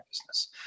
business